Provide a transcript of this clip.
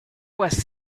was